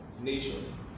nation